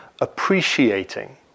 appreciating